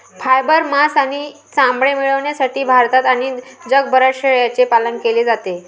fibre, मांस आणि चामडे मिळविण्यासाठी भारतात आणि जगभरात शेळ्यांचे पालन केले जाते